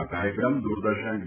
આ કાર્યક્રમ દૂરદર્શન ડી